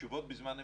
תשובות בזמן אמת.